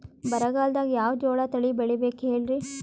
ಬರಗಾಲದಾಗ್ ಯಾವ ಜೋಳ ತಳಿ ಬೆಳಿಬೇಕ ಹೇಳ್ರಿ?